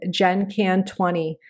GenCan20